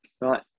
Right